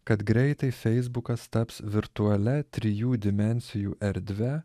kad greitai feisbukas taps virtualia trijų dimensijų erdve